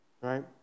right